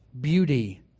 beauty